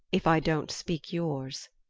if i don't speak yours?